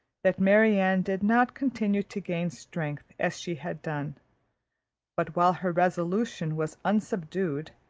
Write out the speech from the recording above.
that marianne did not continue to gain strength as she had done but while her resolution was unsubdued,